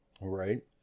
right